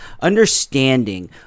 Understanding